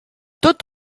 tot